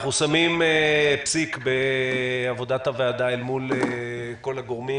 אנחנו שמים פסיק בעבודת הוועדה אל מול כל הגורמים